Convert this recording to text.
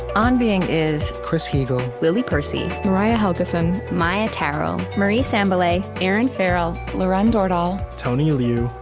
on being is chris heagle, lily percy, mariah helgeson, maia tarrell, marie sambilay, erinn farrell, lauren dordal, tony liu,